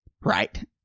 right